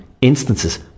instances